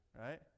right